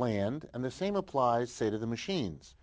land and the same applies say to the machines